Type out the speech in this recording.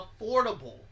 affordable